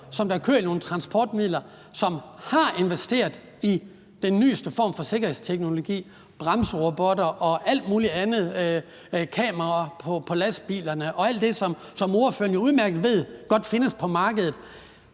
som kører i nogle transportmidler, hvor man har investeret i den nyeste form for sikkerhedsteknologi, bremserobotter og alt muligt andet, kamera på lastbilerne og alt det, som ordføreren jo udmærket godt ved findes på markedet.